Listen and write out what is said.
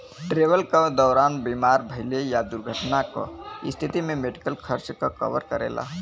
travel क दौरान बीमार भइले या दुर्घटना क स्थिति में मेडिकल खर्च क कवर करेला